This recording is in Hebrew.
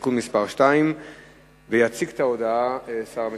(תיקון מס' 2). יציג את ההודעה שר המשפטים.